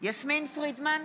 יסמין פרידמן,